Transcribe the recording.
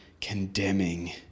condemning